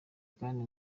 kandi